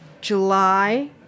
July